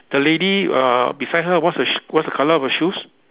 the lady uh beside her what's the sh~ colour of her shoes